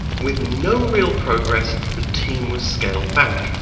with no real progress the team was scaled back,